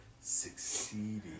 succeeding